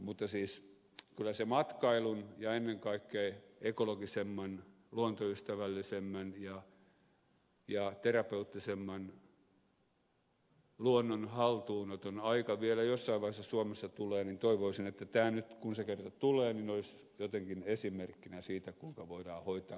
mutta kyllä matkailun ja ennen kaikkea ekologisemman luontoystävällisemmän ja terapeuttisemman luonnon haltuunoton aika vielä jossain vaiheessa suomessa tulee ja toivoisin että kun tämä kerran tulee tämä olisi jotenkin esimerkkinä siitä kuinka voidaan hoitaa homma tyylikkäästi